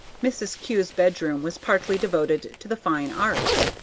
mrs. kew's bedroom was partly devoted to the fine arts.